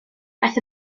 daeth